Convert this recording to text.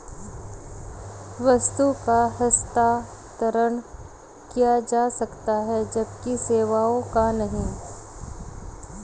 वस्तु का हस्तांतरण किया जा सकता है जबकि सेवाओं का नहीं